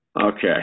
Okay